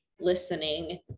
listening